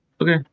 Okay